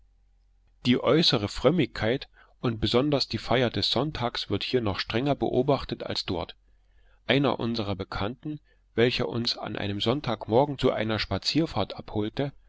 die äußere frömmigkeit und besonders die feier des sonntags wird hier noch strenger beobachtet als dort einer unserer bekannten welcher uns an einem sonntagmorgen zu einer spazierfahrt abholte